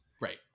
Right